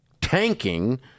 tanking